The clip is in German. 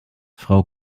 frau